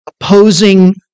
opposing